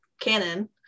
canon